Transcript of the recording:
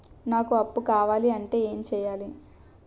నాకు అప్పు కావాలి అంటే ఎం చేయాలి?